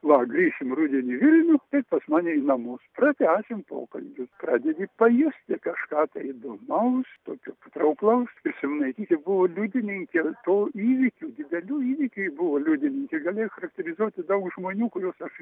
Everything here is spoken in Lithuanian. va grįšim rudenį į vilnių ateik pas mane į namus pratęsim pokalbį pradedi pajusti kažką tai įdomaus tokio patrauklaus tai simonaitytė buvo liudininkė to įvykių didelių įvykių ji buvo liudininkė gali charakterizuoti daug žmonių kuriuos aš